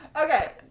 Okay